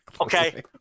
Okay